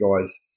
guys